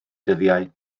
dyddiau